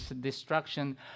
destruction